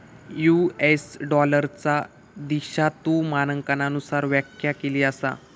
US डॉलरचा द्विधातु मानकांनुसार व्याख्या केली असा